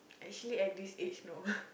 actually at this age no